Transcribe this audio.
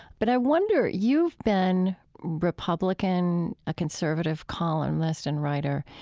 but i wonder. you've been republican, a conservative columnist and writer,